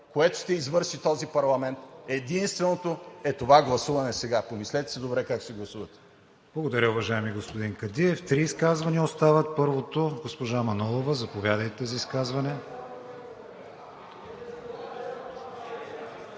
което ще извърши този парламент, единственото е това гласуване сега. Помислете си добре как ще гласувате.